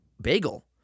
bagel